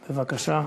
בבקשה.